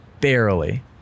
barely